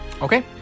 okay